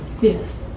Yes